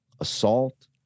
assault